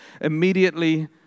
immediately